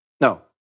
No